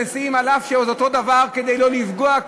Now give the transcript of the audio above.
נשיאים אף שזה אותו דבר כדי שלא לפגוע,